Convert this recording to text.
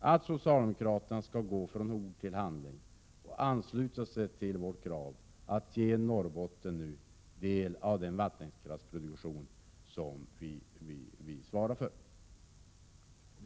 jag att socialdemokraterna nu skall gå från ord till handling. Jag tycker således att socialdemokraterna skall ansluta sig till vårt krav på att Norrbotten får del av vinsten från den vattenkraftsproduktion som länet svarar för.